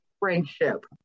friendship